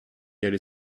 aller